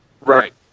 Right